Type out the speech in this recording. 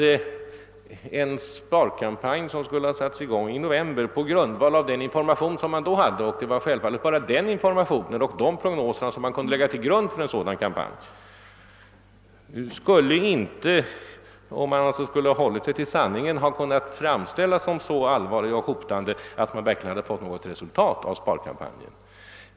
Vid en sparkampanj som satts i gång i november på grundval av den information som då förelåg — och det är självfallet att det bara är den information och de prognoser som då fanns som hade kunnat ligga till grund för en kampanj — skulle inte läget sanningsenligt ha, kunnat framställas som så allvarligt att man verkligen fått något resultat av kampanjen.